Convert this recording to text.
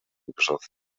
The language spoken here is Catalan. microsoft